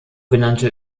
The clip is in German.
genannte